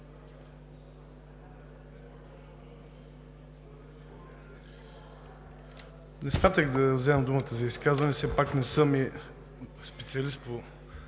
Не смятах да вземам думата за изказване, все пак не съм и специалист по